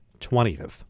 20th